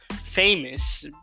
famous